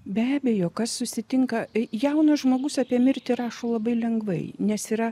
be abejo kas susitinka jaunas žmogus apie mirtį rašo labai lengvai nes yra